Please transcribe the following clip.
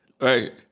Right